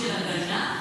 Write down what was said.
האם זאת מדיניות של הגנה,